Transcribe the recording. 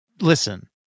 listen